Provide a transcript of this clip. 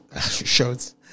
shows